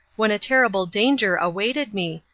when a terrible danger awaited me,